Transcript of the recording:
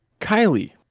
Kylie